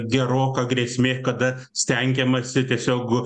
geroka grėsmė kada stengiamasi tiesiog